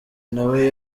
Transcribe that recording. nawe